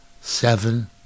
seven